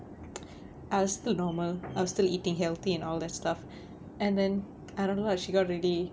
I was still normal I was still eating healthy and all that stuff and then I don't know lah she got really